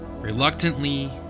Reluctantly